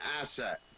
asset